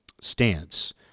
stance